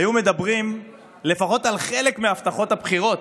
היו מדברים לפחות על חלק מהבטחות הבחירות.